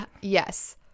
Yes